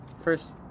first